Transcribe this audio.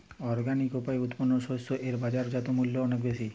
organic উপায়ে উৎপন্ন শস্য এর বাজারজাত মূল্য অনেক বেশি